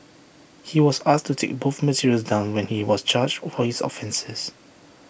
he was asked to take both materials down when he was charged for his offences